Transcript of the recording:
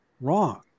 wrong